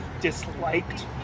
disliked